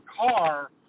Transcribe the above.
car